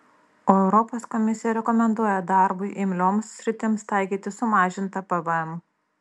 o europos komisija rekomenduoja darbui imlioms sritims taikyti sumažintą pvm